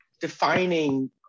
defining